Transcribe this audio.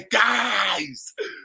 guys